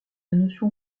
notion